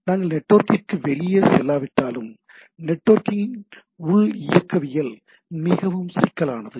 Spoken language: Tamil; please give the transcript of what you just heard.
நாங்கள் நெட்வொர்க்கிற்கு வெளியே செல்லாவிட்டாலும் நெட்வொர்க்கின் உள் இயக்கவியல் மிகவும் சிக்கலானது